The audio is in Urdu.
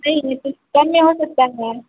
نہیں نہیں کچھ کم نہیں ہو سکتا ہے